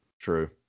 True